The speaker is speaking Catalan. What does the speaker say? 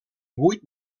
vuit